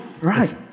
right